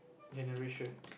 generations